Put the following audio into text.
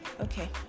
okay